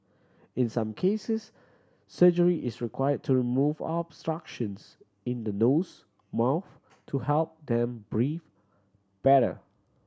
in some cases surgery is require to remove obstructions in the nose mouth to help them breathe better